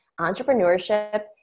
entrepreneurship